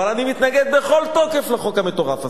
אבל אני מתנגד בכל תוקף לחוק המטורף הזה.